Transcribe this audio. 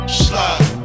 slide